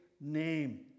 name